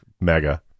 Mega